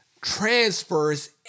transfers